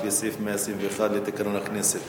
לפי סעיף 121 לתקנון הכנסת.